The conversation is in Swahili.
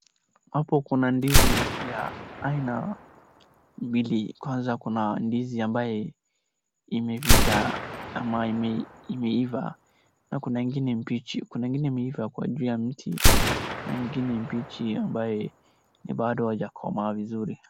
Hapo kuna ndizi ya aina mbili, kwanza kuna ndizi ambaye imefika ama imeiva na kuna ingine mbichi. Kuna ingine imeiva kwa juu ya mti na ingine mbichi ambaye, yenye bado haijakomaa vizuri.